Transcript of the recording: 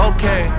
Okay